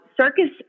Circus